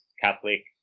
Catholic